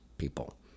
people